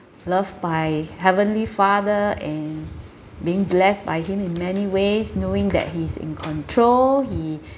loved by heavenly father and being blessed by him in many ways knowing that he's in control he